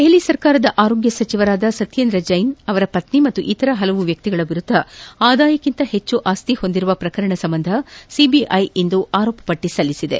ದೆಹಲಿ ಸರ್ಕಾರದ ಆರೋಗ್ಯ ಸಚಿವರಾದ ಸತ್ಯೇಂದ್ರ ಜ್ಟೆನ್ ಅವರ ಪತ್ತಿ ಮತ್ತು ಇತರ ಹಲವು ವ್ಯಕ್ತಿಗಳ ವಿರುದ್ದ ಆದಾಯಕ್ಕಿಂತ ಹೆಚ್ಚು ಆಸ್ತಿ ಹೊಂದಿರುವ ಪ್ರಕರಣದ ಸಂಬಂಧ ಸಿಬಿಐ ಇಂದು ಆರೋಪ ಪಟ್ಟಿ ಸಲ್ಲಿಸಿದೆ